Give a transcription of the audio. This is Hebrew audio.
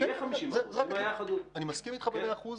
שיהיה 50%. אני מסכים איתך במאה אחוז,